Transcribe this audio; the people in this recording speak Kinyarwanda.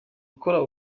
gukora